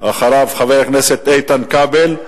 אחריו, חבר הכנסת איתן כבל,